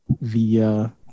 via